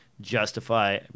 justify